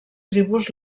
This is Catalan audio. tribus